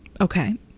Okay